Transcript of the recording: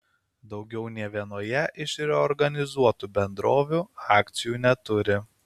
daugiau nė vienoje iš reorganizuotų bendrovių akcijų neturi